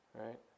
right